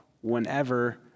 whenever